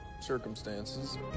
circumstances